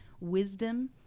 wisdom